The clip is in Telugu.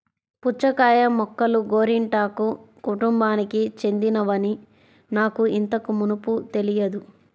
పుచ్చకాయ మొక్కలు గోరింటాకు కుటుంబానికి చెందినవని నాకు ఇంతకు మునుపు తెలియదు